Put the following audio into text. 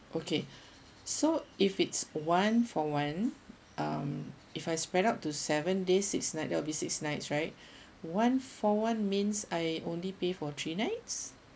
okay so if it's one for one um if I spread up to seven days six nights there will be six nights right one for one means I only pay for three nights